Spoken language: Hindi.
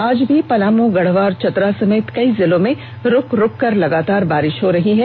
आज भी पलामू गढ़वा और चतरा समेत कई जिलों में आज रूक रूक कर लगातार बारिष हो रही है